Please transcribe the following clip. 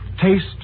Taste